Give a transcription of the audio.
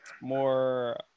more